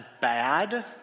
bad